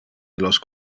illos